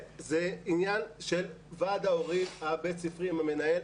זה עניין של ועד ההורים הבית-ספרי עם המנהל,